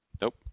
Nope